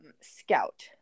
scout